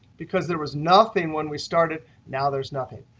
because there was nothing when we started, now there's nothing.